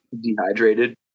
dehydrated